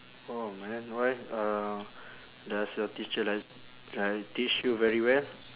oh man why uh does your teacher like like teach you very well